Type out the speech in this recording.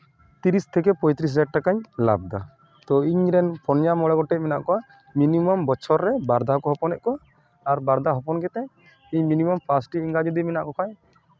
ᱤᱨᱤᱥ ᱛᱷᱮᱠᱮ ᱯᱚᱸᱭᱛᱨᱤᱥ ᱦᱟᱡᱟᱨ ᱴᱟᱠᱟᱧ ᱞᱟᱵᱷᱫᱟ ᱛᱳ ᱤᱧᱨᱮᱱ ᱯᱳᱱᱭᱟ ᱢᱚᱬᱮ ᱜᱚᱴᱮᱡ ᱢᱮᱱᱟᱜ ᱠᱚᱣᱟ ᱢᱤᱱᱤᱢᱟᱢ ᱵᱚᱪᱷᱚᱨ ᱨᱮ ᱵᱟᱨ ᱫᱷᱟᱣ ᱠᱚ ᱦᱚᱯᱚᱱᱮᱜ ᱠᱚᱣᱟ ᱟᱨ ᱵᱟᱨᱫᱷᱟᱣ ᱦᱚᱯᱚᱱ ᱠᱟᱛᱮᱫ ᱤᱧ ᱢᱤᱱᱤᱢᱟᱢ ᱯᱟᱸᱪᱴᱤ ᱮᱸᱜᱟ ᱡᱩᱫᱤ ᱢᱮᱱᱟᱜ ᱠᱚᱠᱷᱟᱡ